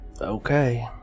okay